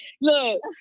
Look